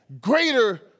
greater